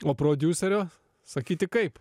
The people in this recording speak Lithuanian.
o prodiuserio sakyti kaip